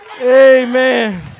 amen